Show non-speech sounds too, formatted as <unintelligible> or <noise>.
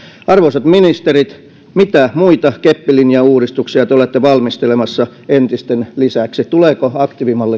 arvoisat ministerit mitä muita keppilinjauudistuksia te olette valmistelemassa entisten lisäksi tuleeko aktiivimalli <unintelligible>